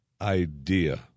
idea